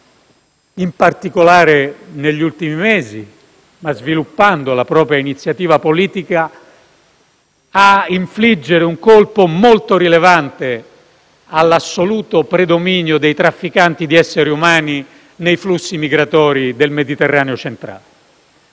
in particolare negli ultimi mesi, sviluppando la propria iniziativa politica, a infliggere un colpo molto rilevante all'assoluto predominio dei trafficanti di esseri umani nei flussi migratori del Mediterraneo centrale.